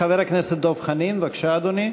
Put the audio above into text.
חבר הכנסת דב חנין, בבקשה, אדוני.